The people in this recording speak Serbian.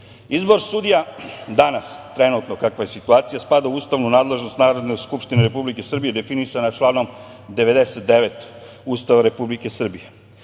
sudija danas, trenutno, kakva je situacija spada u ustavnu nadležnost Narodne skupštine Republike Srbije definisana je članom 99. Ustava Republike Srbije.